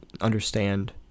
understand